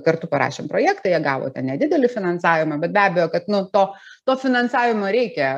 kartu parašėm projektą jie gavo ten nedidelį finansavimą bet be abejo kad nu to to finansavimo reikia